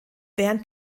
während